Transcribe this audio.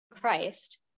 Christ